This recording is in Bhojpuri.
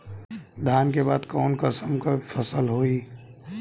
धान के बाद कऊन कसमक फसल होई?